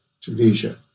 Tunisia